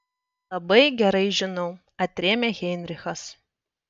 labai gerai žinau atrėmė heinrichas